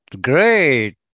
Great